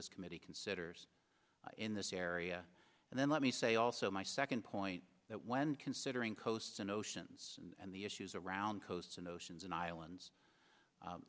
this committee considers in this area and then let me say also my second point that when considering coasts and oceans and the issues around coasts and oceans and islands